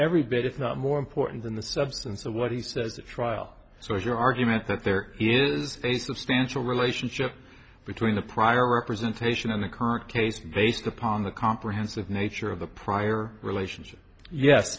every bit if not more important than the substance of what he says the trial so is your argument that there is a substantial relationship between the prior representation and the current case based upon the comprehensive nature of the prior relationship yes